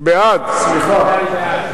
בעד, סליחה.